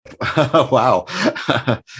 Wow